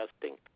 testing